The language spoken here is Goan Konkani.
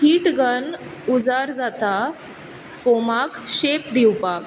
हीट गन उजार जाता फोमाक शेप दिवपाक